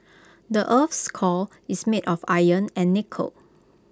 the Earth's core is made of iron and nickel